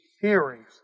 hearings